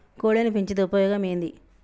కోళ్లని పెంచితే ఉపయోగం ఏంది?